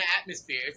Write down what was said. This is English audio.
atmosphere